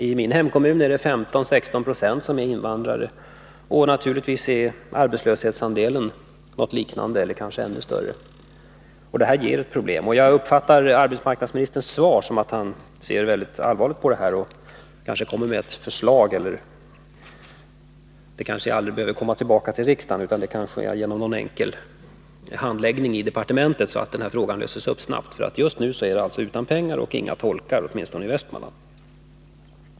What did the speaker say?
I min hemkommun är det 15-16 26 som är invandrare, och naturligtvis är arbetslöshetsandelen någonting liknande eller kanske ännu större. Detta ger problem. Jag uppfattar arbetsmarknadsministerns svar som att han ser allvarligt på detta och kanske kommer med ett förslag — eller det kanske aldrig behöver komma tillbaka till riksdagen utan kan ske genom någon enkel handläggning inom departementet — så att den här frågan löses snabbt. Just nu är man utan pengar, och det finns inga tolkar, åtminstone i Västmanland.